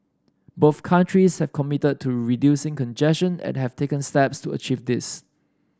both countries have committed to reducing congestion and have taken steps to achieve this